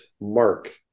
mark